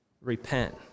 Repent